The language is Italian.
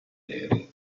neri